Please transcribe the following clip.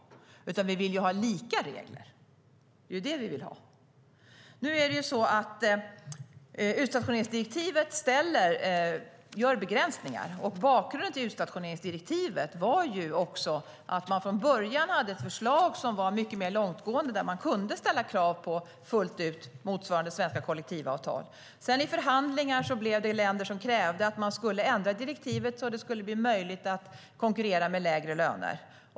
Vi vill ha lika regler. Utstationeringsdirektivet har begränsningar. Bakgrunden till utstationeringsdirektivet var ju också att man från början hade ett förslag som var mycket mer långtgående, där man kunde ställa krav på avtal som fullt ut motsvarade svenska kollektivavtal. I förhandlingar krävde sedan en del länder att man skulle ändra direktivet så att det skulle bli möjligt att konkurrera med lägre löner.